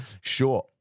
sure